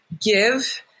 give